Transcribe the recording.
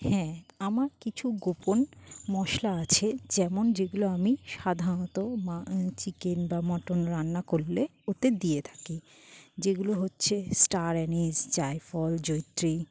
হ্যাঁ আমার কিছু গোপন মশলা আছে যেমন যেগুলো আমি সাধারণত চিকেন বা মটন রান্না করলে ওতে দিয়ে থাকি যেগুলো হচ্ছে স্টার অ্যানিস জায়ফল জয়িত্রী